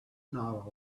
not